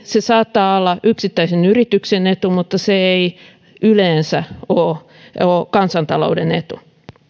se saattaa olla yksittäisen yrityksen etu mutta se ei yleensä ole kansantalouden etu